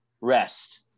rest